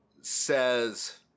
says